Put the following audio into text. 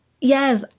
Yes